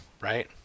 right